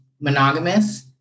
monogamous